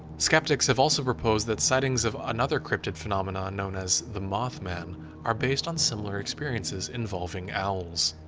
skeptics have also proposed that sightings of another cryptid phenomena and known as the mothman are based on similar experiences involving owls.